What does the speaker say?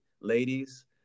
Ladies